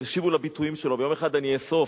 תקשיבו לביטויים שלו, ביום אחד אני אאסוף,